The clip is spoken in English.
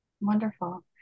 Wonderful